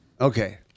okay